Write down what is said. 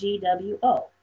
GWO